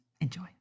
enjoy